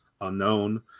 unknown